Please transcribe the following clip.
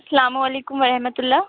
السلام علیکم ورحمت اللہ